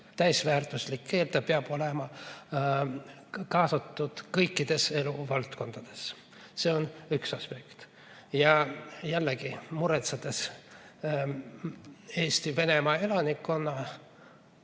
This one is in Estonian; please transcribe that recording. täisväärtuslik keel, ta peab olema kaasatud kõikides eluvaldkondades. See on üks aspekt. Ja jällegi, muretsedes Eesti vene elanikkonna